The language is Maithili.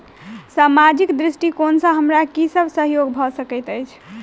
सामाजिक दृष्टिकोण सँ हमरा की सब सहयोग भऽ सकैत अछि?